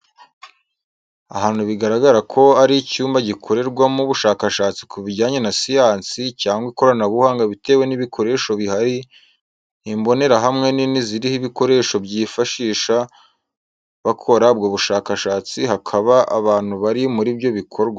Ahantu bigaragara ko ari icyumba gikorerwamo ubushakashatsi ku bijyanye na siyansi cyangwa ikoranabuhanga bitewe n’ibikoresho bihari Imbonerahamwe nini ziriho ibikoresho bifashisha bakora ubwo bushakashatsi hakaba hari abantu bari muri ibyo bikorwa.